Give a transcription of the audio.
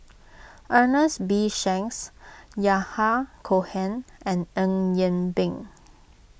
Ernest B Shanks Yahya Cohen and Eng Yee Peng